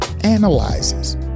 analyzes